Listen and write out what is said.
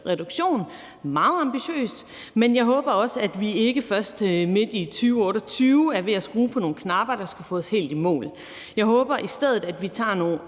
meget ambitiøs, men jeg håber også, at vi ikke først i midten af 2028 skruer på nogle knapper, der skal få os helt i mål. Jeg håber i stedet, at vi tager